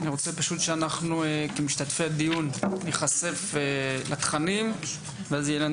כך שכל משתתפי הדיון יוכלו להיחשף לתכנים ולקבל את